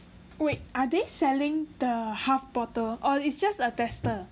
wait are they selling the half bottle or it's just a tester